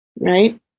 right